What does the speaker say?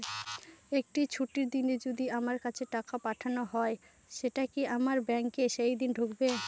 একটি ছুটির দিনে যদি আমার কাছে টাকা পাঠানো হয় সেটা কি আমার ব্যাংকে সেইদিন ঢুকবে?